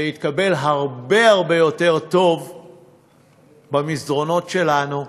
זה יתקבל הרבה הרבה יותר טוב במסדרונות שלנו,